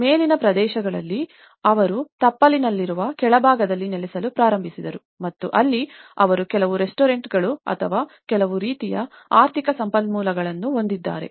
ಮೇಲಿನ ಪ್ರದೇಶಗಳಲ್ಲಿ ಅವರು ತಪ್ಪಲಿನಲ್ಲಿರುವ ಕೆಳಭಾಗದಲ್ಲಿ ನೆಲೆಸಲು ಪ್ರಾರಂಭಿಸಿದರು ಮತ್ತು ಅಲ್ಲಿ ಅವರು ಕೆಲವು ರೆಸ್ಟೋರೆಂಟ್ಗಳು ಅಥವಾ ಕೆಲವು ರೀತಿಯ ಆರ್ಥಿಕ ಸಂಪನ್ಮೂಲಗಳನ್ನು ಹೊಂದಿದ್ದಾರೆ